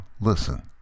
Listen